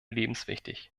lebenswichtig